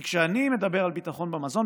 כי כשאני מדבר על ביטחון במזון,